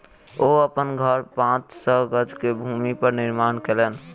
ओ अपन घर पांच सौ गज के भूमि पर निर्माण केलैन